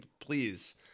please